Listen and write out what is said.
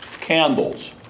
Candles